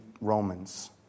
Romans